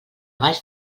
baix